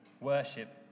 worship